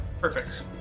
perfect